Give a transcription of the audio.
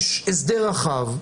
יש הסדר רחב,